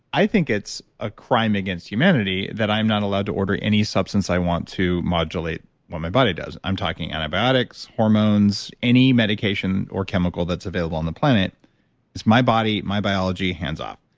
i think it's a crime against humanity that i'm not allowed to order any substance i want to modulate what my body does. i'm talking antibiotics, hormones, any medication or chemical that's available on the planet, it's my body, my biology, hands off.